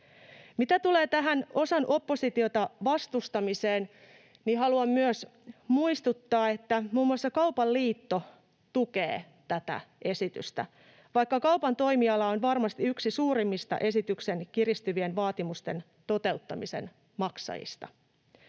Mitä tulee tähän opposition osan vastustamiseen, niin haluan myös muistuttaa, että muun muassa Kaupan liitto tukee tätä esitystä, vaikka kaupan toimiala on varmasti yksi suurimmista esityksen kiristyvien vaatimusten toteuttamisen maksajista.